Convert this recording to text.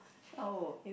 oh